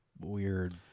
weird